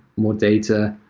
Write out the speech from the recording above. more data.